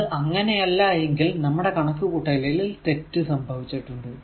അത് അങ്ങനെയല്ല എങ്കിൽ നമ്മുടെ കണക്കു കൂട്ടലിൽ തെറ്റ് സംഭവിച്ചിട്ടുണ്ട്